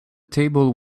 table